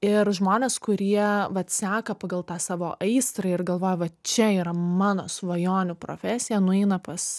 ir žmonės kurie vat seka pagal tą savo aistrą ir galvoja va čia yra mano svajonių profesija nueina pas